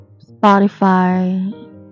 Spotify